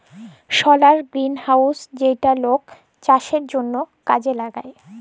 সলার greenhouse যেইটা লক চাষের জনহ কামে লাগায়